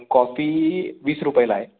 coffee वीस रुपयेला आहे